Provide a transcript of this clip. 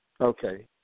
Okay